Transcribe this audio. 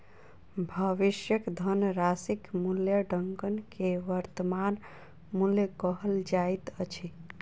भविष्यक धनराशिक मूल्याङकन के वर्त्तमान मूल्य कहल जाइत अछि